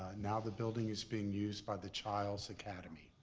now, the building is being used by the chiles academy.